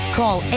call